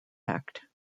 act